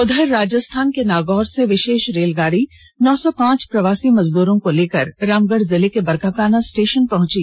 उधर राजस्थान के नागौर से विषेष रेलगाड़ी नौ सौ पांच प्रवासी मजदूरों को लेकर रामगढ़ जिले के बरकाकाना स्टेषन पहुंची